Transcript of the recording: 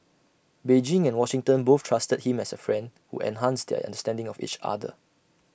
Beijing and Washington both trusted him as A friend who enhanced their understanding of each other